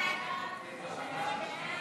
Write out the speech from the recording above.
סעיפים 1 8